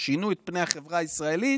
ששינו את פני החברה הישראלית,